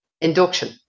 induction